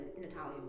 Natalia